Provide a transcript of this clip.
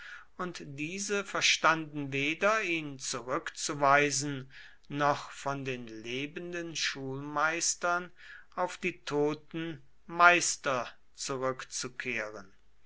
und diese verstanden weder ihn zurückzuweisen noch von den lebenden schulmeistern auf die toten meister